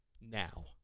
now